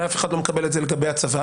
ואף אחד לא מקבל את זה לגבי הצבא.